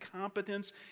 competence